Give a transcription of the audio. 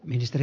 miksi